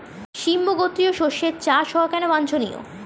সিম্বু গোত্রীয় শস্যের চাষ হওয়া কেন বাঞ্ছনীয়?